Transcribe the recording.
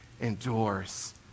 endures